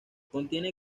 contiene